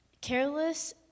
Careless